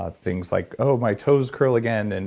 ah things like, oh, my toes curl again, and